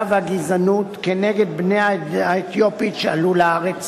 והגזענות כנגד בני העדה האתיופית שעלו לארץ